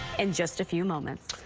and just a few moments.